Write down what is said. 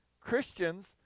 Christians